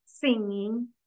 singing